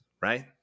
right